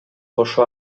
кошо